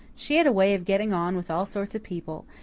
she had a way of getting on with all sorts of people,